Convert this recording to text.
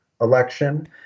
election